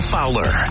Fowler